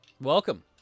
Welcome